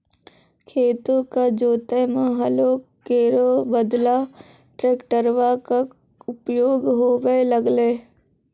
खेतो क जोतै म हलो केरो बदला ट्रेक्टरवा कॅ उपयोग होबे लगलै